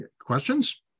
questions